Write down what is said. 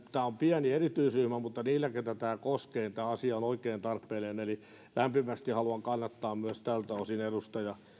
tämä on pieni erityisryhmä mutta niille keitä tämä koskee tämä asia on oikein tarpeellinen eli lämpimästi haluan kannattaa myös tältä osin edustaja